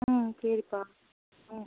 ம் சரிப்பா ம்